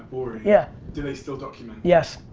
boring. yeah. do they still document? yes.